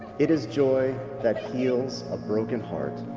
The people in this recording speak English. it is joy that heals a broken heart,